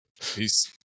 Peace